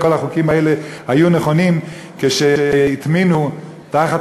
כל החוקים האלה היו נכונים כשהטמינו תחת